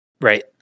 Right